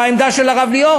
העמדה של הרב ליאור,